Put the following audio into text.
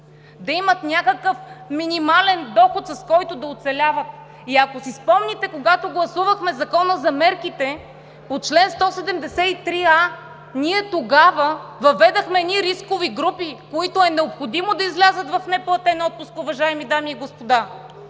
да имат някакъв минимален доход, с който да оцеляват! Ако си спомняте, когато гласувахме Закона за мерките, по чл. 173а, тогава въведохме едни рискови групи, които е необходимо да излязат в неплатен отпуск, уважаеми дами и господа!